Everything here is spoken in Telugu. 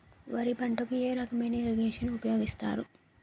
వరి పంటకు ఏ రకమైన ఇరగేషన్ ఉపయోగిస్తారు?